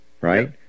right